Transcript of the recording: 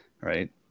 Right